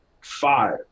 Five